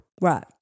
Right